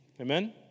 Amen